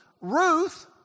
Ruth